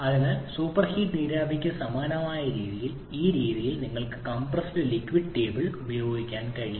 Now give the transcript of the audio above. അതിനാൽ സൂപ്പർഹീഡ് നീരാവിക്ക് സമാനമായ രീതിയിൽ ഈ രീതിയിൽ നിങ്ങൾക്ക് ആ കംപ്രസ്ഡ് ലിക്വിഡ് ടേബിൾ ഉപയോഗിക്കാനും കഴിയും